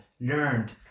learned